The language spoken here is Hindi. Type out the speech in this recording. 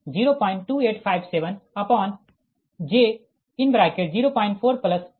तो Ifg11 02857j0401 j14286